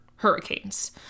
Hurricanes